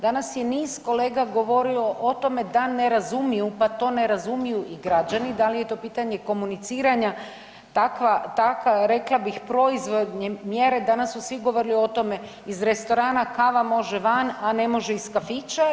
Danas je niz kolega govorilo o tome da ne razumiju pa to ne razumiju i građani, da li je to pitanje komuniciranja tak rekla bih proizvodnje mjere, danas su svi govorili o tome iz restorana kava može van, a ne može iz kafića.